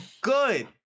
good